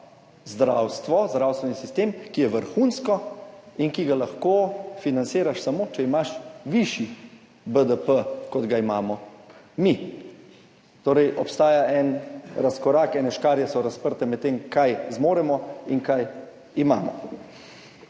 zdravstvo, zdravstveni sistem, ki je vrhunski in ki ga lahko financiraš samo, če imaš višji BDP, kot ga imamo mi. Torej, obstaja en razkorak, ene škarje so razprte med tem, kaj zmoremo in kaj imamo.